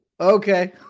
okay